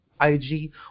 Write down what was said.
IG